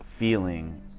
feeling